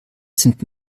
sind